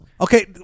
Okay